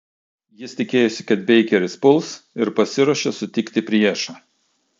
jis tikėjosi kad beikeris puls ir pasiruošė sutikti priešą